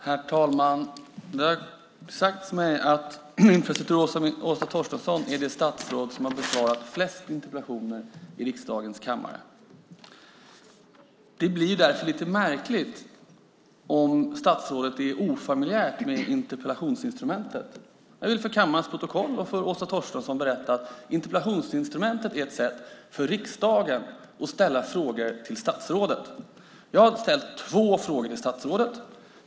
Herr talman! Det har sagts mig att infrastrukturminister Åsa Torstensson är det statsråd som har besvarat flest interpellationer i riksdagens kammare. Det blir därför lite märkligt om statsrådet är ofamiljärt med interpellationsinstrumentet. Jag vill för kammarprotokollets skull och för Åsa Torstensson berätta att interpellationsinstrumentet är ett sätt för riksdagen att ställa frågor till statsråden. Jag har ställt två frågor till statsrådet.